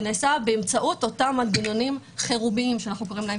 זה נעשה באמצעות אותם מנגנונים חירומיים שאנחנו קוראים להם,